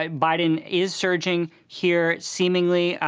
ah biden is surging here, seemingly.